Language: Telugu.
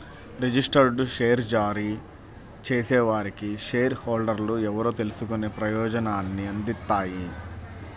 రిజిస్టర్డ్ షేర్ జారీ చేసేవారికి షేర్ హోల్డర్లు ఎవరో తెలుసుకునే ప్రయోజనాన్ని అందిస్తాయి